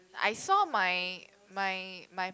I saw my my my